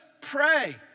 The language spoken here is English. pray